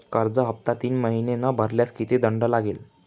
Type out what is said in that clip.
कर्ज हफ्ता तीन महिने न भरल्यास किती दंड लागेल?